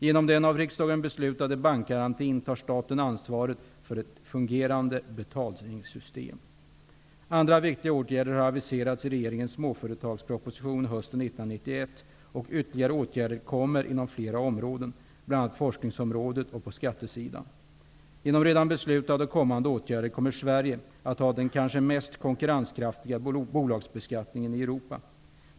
Genom den av riksdagen beslutade bankgarantin tar staten ansvaret för ett fungerande betalningssystem. Andra viktiga åtgärder har aviserats i regeringens småföretagsproposition hösten 1991, och ytterligare åtgärder kommer inom flera områden, bl.a. forskningsområdet och på skattesidan. Genom redan beslutade och kommande åtgärder kommer Sverige att ha den kanske mest konkurrenskraftiga bolagsbeskattningen i Europa.